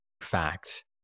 fact